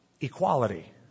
equality